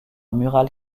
murale